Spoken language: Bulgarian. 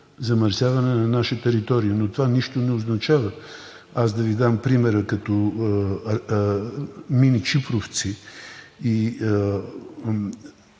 замърсяване на наша територия, но това нищо не означава. Аз да Ви дам пример, като мини „Чипровци“ и